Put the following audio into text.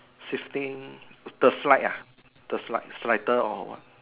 sifting the slide ah the slide sliders or what